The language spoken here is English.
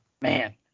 man